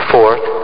Fourth